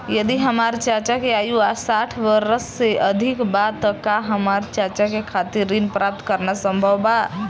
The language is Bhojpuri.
यदि हमार चाचा के आयु साठ वर्ष से अधिक बा त का हमार चाचा के खातिर ऋण प्राप्त करना संभव बा?